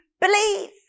believe